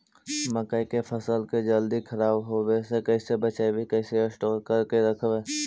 मकइ के फ़सल के जल्दी खराब होबे से कैसे बचइबै कैसे स्टोर करके रखबै?